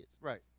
Right